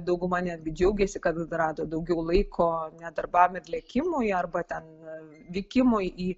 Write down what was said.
dauguma netgi džiaugėsi kad rado daugiau laiko ne darbams ir lėkimui arba ten vykimui į